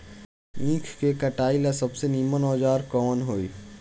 ईख के कटाई ला सबसे नीमन औजार कवन होई?